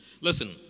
Listen